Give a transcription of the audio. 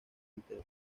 entero